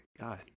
God